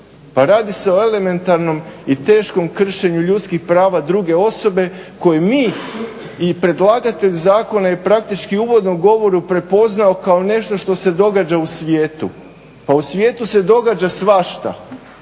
Pa radi se o elementarnom i teškom kršenju ljudskih prava druge osobe koju mi i predlagatelj zakona je praktički u uvodnom govoru prepoznao kao nešto što se događa u svijetu. Pa u svijetu se događa svašta.